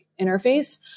interface